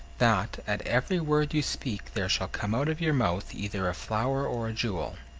that, at every word you speak, there shall come out of your mouth either a flower or a jewel.